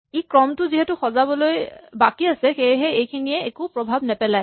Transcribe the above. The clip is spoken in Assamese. ই ক্ৰমটো যিহেতু সজাবলৈ বাকী আছে সেয়েহে এইখিনিয়ে একো প্ৰভাৱ নেপেলায়